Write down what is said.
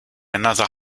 another